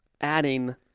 adding